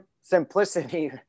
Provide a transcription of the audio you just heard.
simplicity